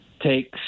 takes